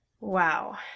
Wow